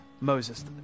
Moses